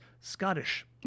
Scottish